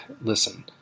listen –